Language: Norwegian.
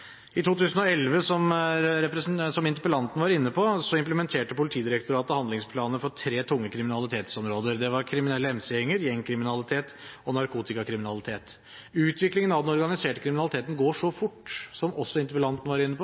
Som interpellanten var inne på, implementerte Politidirektoratet i 2011 handlingsplaner for tre tunge kriminalitetsområder. Det var kriminelle MC-gjenger, gjengkriminalitet og narkotikakriminalitet. Utviklingen av den organiserte kriminaliteten går så fort, som også interpellanten var inne på,